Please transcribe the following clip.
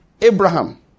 Abraham